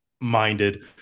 minded